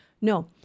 no